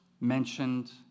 mentioned